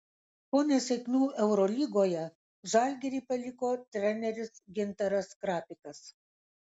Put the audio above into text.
po nesėkmių eurolygoje žalgirį paliko treneris gintaras krapikas